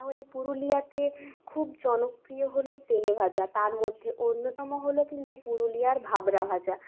তাহলে পুরুলিয়াতে খুব জনপ্রিয় হল তেলেভাজা তার মধ্যে অন্যতম হল কিন্তু পুরুলিয়ার ভাবরা ভাজা